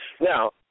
Now